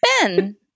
Ben